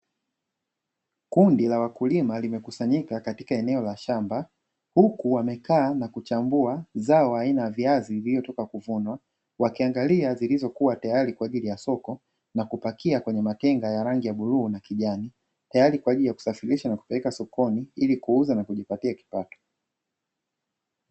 Kundi la wakulima limekusanyika katika eneo la shamba, huku wamekaa na kuchambua zao aina ya viazi, vilivyotoka kuvunwa, wakiangalia vilivyotayari kwaajili ya soko na kupakia kwenye matenga ya rangi ya bluu na kijani, tayari kwaajili ya kusafirisha na kupeleka sakoni ili kuuza na kujipatia kipato.